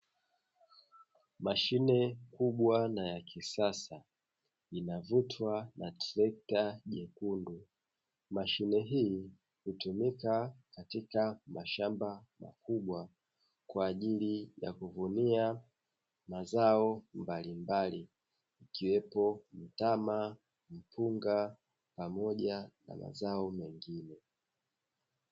Mashine kubwa na ya kisasa inavutwa na trekta jekundu. Mashine hii hutumika katika mashamba makubwa kwa ajili ya kuvunia mazao mbalimbli yakiwemo mtama, mpunga pamoja na mazao mengine.